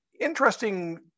interesting